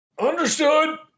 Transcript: Understood